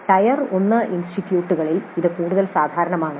tyre 1 ഇൻസ്റ്റിറ്റ്യൂട്ടുകളിൽ ഇത് കൂടുതൽ സാധാരണമാണ്